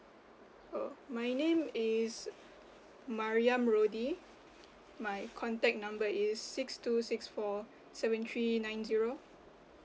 oh my name is mariam merudi my contact number is six two six four seven three nine zero